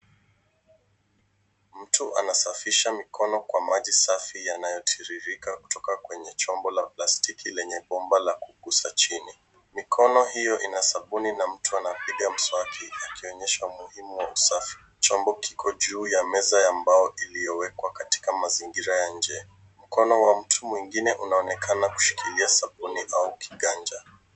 Mtu anasafisha mikono kwa maji safi yanayotiririka kutoka kwenye chombo la plastiki lenye bomba la kuguza chini. Mikono hiyo ina sabuni na mtu anapiga mswaki akionyesha umuhimu wa usafi. Chombo kiko juu ya meza ya mbao iliyowekwa katika mazingira ya nje. Mkono wa mtu mwingine unaonekana kushikilia sabuni au kiganja.